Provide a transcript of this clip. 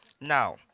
Now